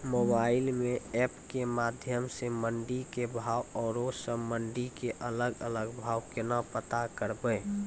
Mobile म app के माध्यम सऽ मंडी के भाव औरो सब मंडी के अलग अलग भाव केना पता करबै?